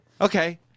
Okay